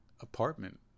apartment